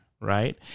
Right